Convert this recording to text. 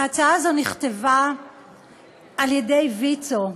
ההצעה הזו נכתבה על-ידי "ויצו".